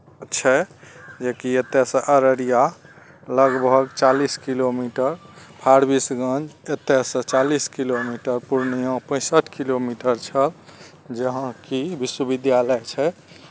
छै जे की एतऽसँ अररिया लगभग चालीस किलोमीटर फारविसगंज एतयसँ चालीस किलोमीटर पूर्णिया पैसठि किलोमीटर छल जहाँ कि विश्वविद्यालय छै